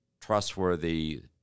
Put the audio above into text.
trustworthy